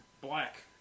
Black